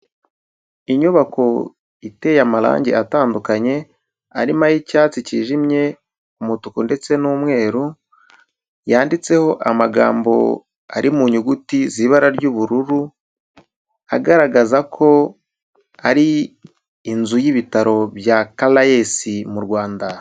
Inyubako iteye amarangi atandukanye, arimo ay'icyatsi cyijimye, umutuku ndetse n'umweru, yanditseho amagambo ari mu nyuguti z'ibara ry'ubururu, agaragaza ko ari inzu y'ibitaro bya CARAES mu Rwanda.